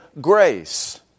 grace